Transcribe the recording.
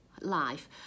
life